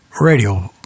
radio